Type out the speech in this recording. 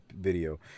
video